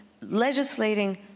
legislating